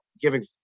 giving